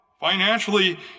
Financially